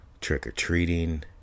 trick-or-treating